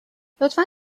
لطفا